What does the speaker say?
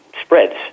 spreads